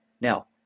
Now